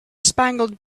spangled